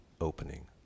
opening